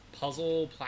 puzzle